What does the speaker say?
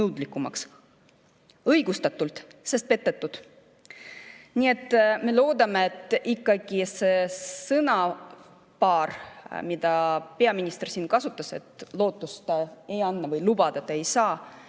nõudlikumaks. Õigustatult, sest neid on petetud. Nii et me loodame, et ikkagi need sõnad, mida peaminister siin kasutas, et lootust ei anna või lubada ei saa,